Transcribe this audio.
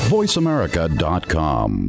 VoiceAmerica.com